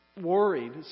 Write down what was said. Worried